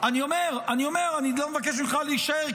אני אומר שאני לא מבקש ממך להישאר,